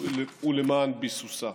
ולמען ביסוסה.